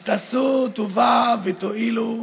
אז תעשו טובה ותואילו,